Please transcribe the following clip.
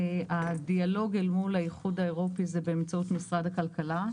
הדיאלוג אל מול האיחוד האירופי הוא באמצעות משרד הכלכלה.